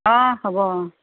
অঁ হ'ব অঁ